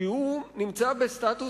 כי הוא נמצא בסטטוס,